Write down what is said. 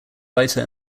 writer